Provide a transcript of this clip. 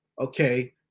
okay